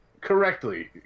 correctly